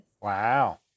wow